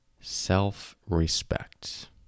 self-respect